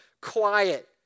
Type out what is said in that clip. quiet